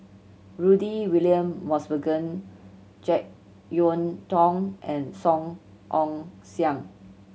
Rudy William Mosbergen Jek Yeun Thong and Song Ong Siang